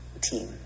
team